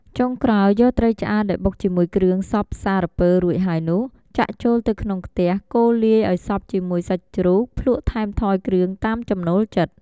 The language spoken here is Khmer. ចុងក្រោយយកត្រីឆ្អើរដែលបុកជាមួយគ្រឿងសព្វសារពើរួចហើយនោះ ចាក់ចូលទៅក្នុងខ្ទះ កូរលាយឱ្យសព្វជាមួយសាច់ជ្រូក ភ្លក្សថែមថយគ្រឿងតាមចំណូលចិត្ត។